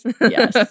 Yes